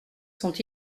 sont